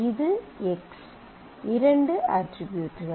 இது எக்ஸ் இரண்டு அட்ரிபியூட்கள்